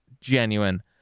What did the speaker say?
genuine